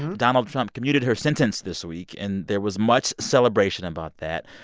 donald trump commuted her sentence this week. and there was much celebration about that.